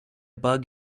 bug